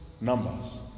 numbers